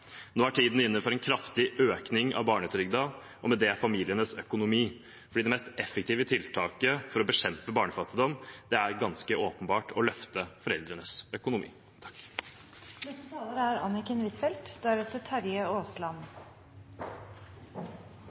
Nå er tiden inne for en kraftig økning av barnetrygden og med det familienes økonomi, fordi det mest effektive tiltaket for å bekjempe barnefattigdom er ganske åpenbart å løfte foreldrenes økonomi.